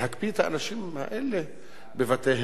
להקפיא את האנשים האלה בבתיהם.